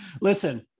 Listen